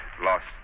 Lost